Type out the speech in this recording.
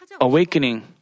awakening